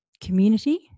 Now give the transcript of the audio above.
community